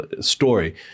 story